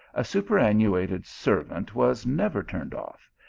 a superannuated serv ant was never turned off,